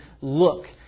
look